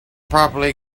properly